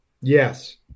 Yes